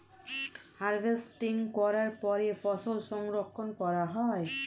harvesting করার পরে ফসল সংরক্ষণ করা হয়